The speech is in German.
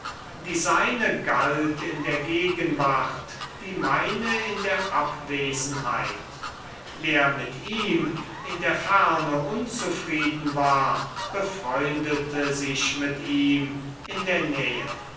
die seine galt in der gegenwart die meine in der abwesenheit wer mit ihm in der ferne unzufrieden war befreundete sich ihm in der nähe